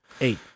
Eight